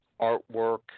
artwork